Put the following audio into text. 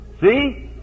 See